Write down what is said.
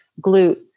glute